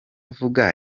avuga